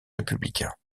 républicain